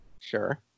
Sure